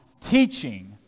teaching